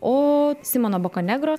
o simono bokanegro